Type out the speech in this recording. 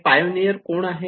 हे पायनियर कोण आहेत